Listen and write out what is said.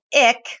ick